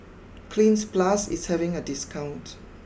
Cleanz Plus is having a discount